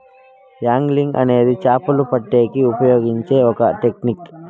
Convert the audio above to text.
angling అనేది చాపలు పట్టేకి ఉపయోగించే ఒక టెక్నిక్